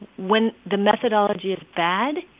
when the methodology is bad,